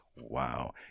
wow